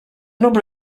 number